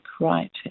right